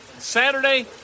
Saturday